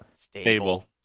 Stable